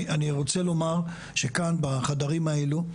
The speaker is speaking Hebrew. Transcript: אני רוצה לומר שכאן, בחדרים האלו,